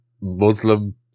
Muslim